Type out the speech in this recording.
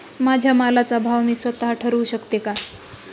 माझ्या मालाचा भाव मी स्वत: ठरवू शकते का?